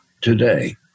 today